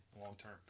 long-term